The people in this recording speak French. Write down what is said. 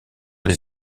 les